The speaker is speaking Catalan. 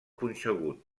punxegut